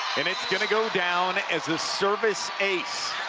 and it's going to go down as a service ace.